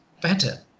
better